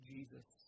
Jesus